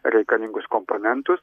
reikalingus komponentus